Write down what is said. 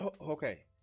Okay